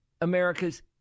America's